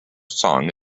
song